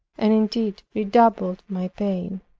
and indeed redoubled my pain.